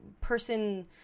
person